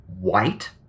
white